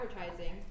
advertising